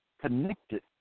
connected